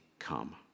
Come